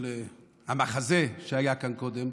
למחזה שהיה כאן קודם,